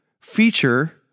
feature